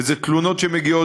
ואלה תלונות שמגיעות,